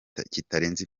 kitarenze